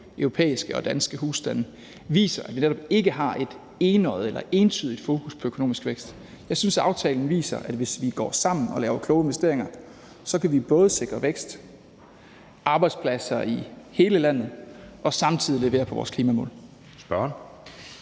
europæiske og danske husstande, viser, at vi netop ikke har et enøjet eller entydigt fokus på økonomisk vækst. Jeg synes, at aftalen viser, at hvis vi går sammen og laver kloge investeringer, kan vi både sikre vækst, arbejdspladser i hele landet og samtidig levere på vores klimamål.